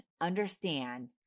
understand